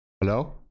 Hello